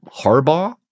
Harbaugh